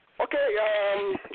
Okay